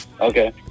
Okay